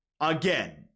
again